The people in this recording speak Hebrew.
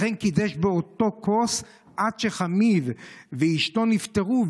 לכן קידש באותו כוס עד שחמיו ואשתו נפטרו,